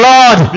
Lord